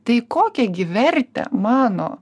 tai kokią gi vertę mano